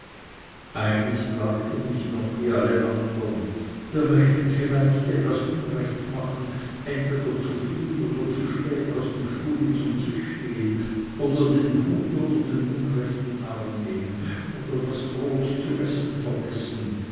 eines plagte mich noch wie alle andern wir möchten vielleicht etwas unrecht machen entweder zu früh oder zu spät aus dem stuhle zum tische gehen oder den hut unter den unrechten arm nehmen oder das brot zu essen vergessen